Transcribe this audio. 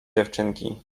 dziewczynki